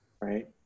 right